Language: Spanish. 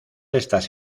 estas